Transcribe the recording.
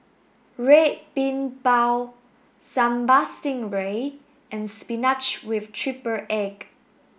Red Bean Bao Sambal Stingray and spinach with triple egg